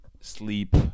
sleep